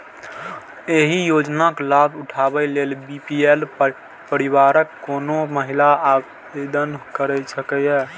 एहि योजनाक लाभ उठाबै लेल बी.पी.एल परिवारक कोनो महिला आवेदन कैर सकैए